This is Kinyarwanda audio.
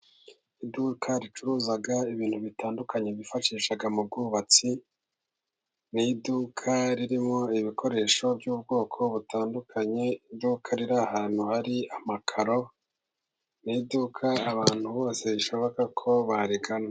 Iduka ricuruza ibintu bitandukanye, bifashisha mu bwubatsi, n'induka ririmo ibikoresho by'ubwoko butandukanye, iduka riri ahantu hari amakaro, n'iduka abantu bose bishoboka ko barigana.